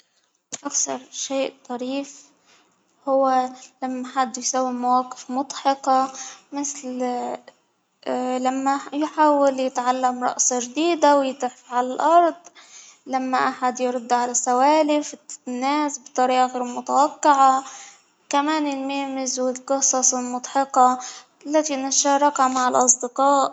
أكثر شيء طريف هو لما حد يسوي مواقف مضحكة مثل لما يحاول يتعلم رقصة جديدة ، ويتلف على الأرض ، لما أحد يرد على السوالف الناس بطريقة غير متوقعة، كمان نيمزوالقصص المضحكة، لكن المشاركة مع الاصدقاء.